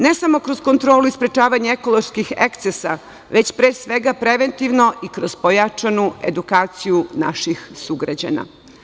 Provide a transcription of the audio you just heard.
Ne samo kroz kontrolu i sprečavanje ekoloških ekscesa, već pre svega preventivno i kroz pojačanu edukaciju naših sugrađana.